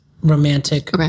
romantic